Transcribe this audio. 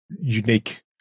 unique